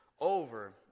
over